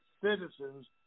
citizens